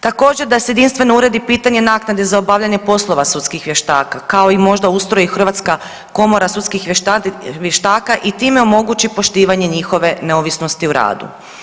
Također da se jedinstveno uredi pitanje naknade za obavljanje poslova sudskih vještaka kao i možda ustroji hrvatska komora sudskih vještaka i time omogući poštivanje njihove neovisnosti u radu.